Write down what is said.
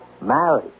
Married